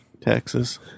Texas